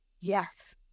yes